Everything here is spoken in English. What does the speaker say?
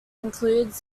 includes